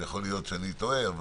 יכול להיות שאני טועה.